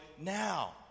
now